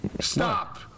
Stop